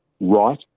right